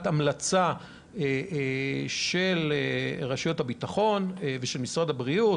המלצה של רשויות הביטחון ושל משרד הבריאות.